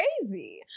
crazy